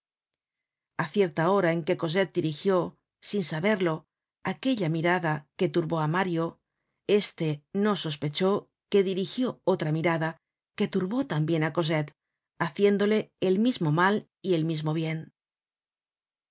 a cierta hora en que cosette dirigió sin saberlo aquella mirada que turbó á mario éste no sospechó que dirigió otra mirada que turbó tambien á cosette haciéndole el mismo mal y el mismo bien